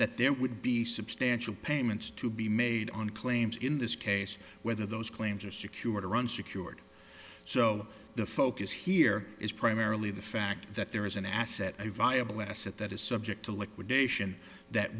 that there would be substantial payments to be made on claims in this case whether those claims are secured a run secured so the focus here is primarily the fact that there is an asset a viable s at that is subject to liquidation that